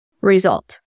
result